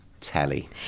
telly